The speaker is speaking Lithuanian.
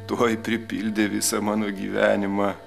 tuoj pripildė visą mano gyvenimą